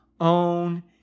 own